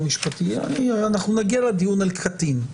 בייחוד כדרך אגב, אם יש פה קבועי זמן קצרים.